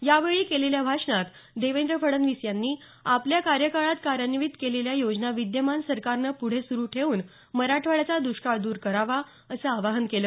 यावेळी केलेल्या भाषणात देवेंद्र फडणवीस यांनी आपल्या कार्यकाळात कार्यान्वीत केलेल्या योजना विद्यमान सरकारनं पुढे सुरू ठेवून मराठवाड्याचा द्ष्काळ दूर करावा असं आवाहन केलं